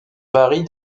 varie